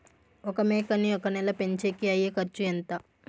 ఒక మేకని ఒక నెల పెంచేకి అయ్యే ఖర్చు ఎంత?